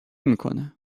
میکنه